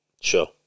Sure